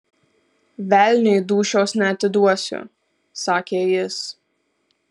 velniui dūšios neatiduosiu sakė jis